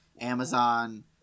Amazon